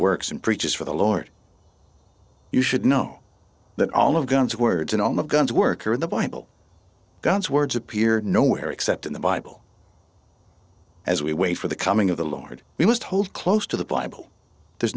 works and preaches for the lord you should know that all of guns words and all the guns work are in the bible god's words appeared nowhere except in the bible as we wait for the coming of the lord we must hold close to the bible there's